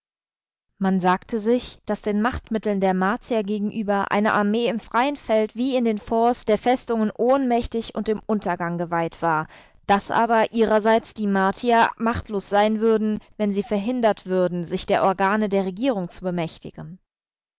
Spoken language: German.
man sagte sich daß den machtmitteln der martier gegenüber eine armee im freien feld wie in den forts der festungen ohnmächtig und dem untergang geweiht war daß aber ihrerseits die martier machtlos sein würden wenn sie verhindert würden sich der organe der regierung zu bemächtigen